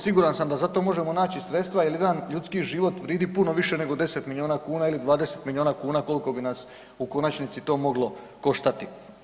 Siguran sam da za to možemo naći sredstva jer jedan ljudski život vrijedi puno više nego 10 milijuna kuna ili 20 milijuna kuna koliko bi nas u konačnici to moglo koštati.